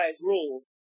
rules